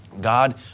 God